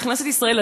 בכנסת ישראל,